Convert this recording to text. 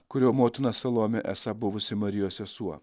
kurio motina salomė esą buvusi marijos sesuo